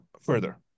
further